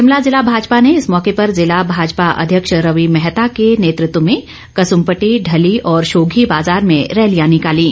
शिमला जिला भाजपा ने इस मौके पर जिला भाजपा अध्यक्ष रवि मैहता के नेतृत्व में कसुम्पटी ढली और शोघी बाजार में रैलियां निकालीं